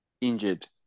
injured